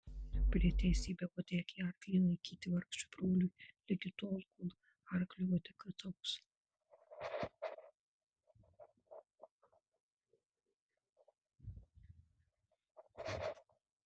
ir priteisė beuodegį arklį laikyti vargšui broliui ligi tol kol arkliui uodega ataugs